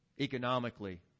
Economically